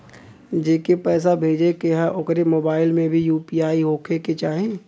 जेके पैसा भेजे के ह ओकरे मोबाइल मे भी यू.पी.आई होखे के चाही?